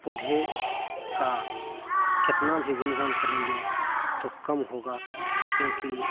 पौधे का कितना भी गुणगान करेंगे तो कम होगा क्योंकि